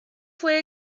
fue